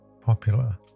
popular